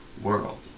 world